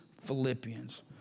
Philippians